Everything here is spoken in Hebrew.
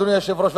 אדוני היושב-ראש,